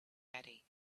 ready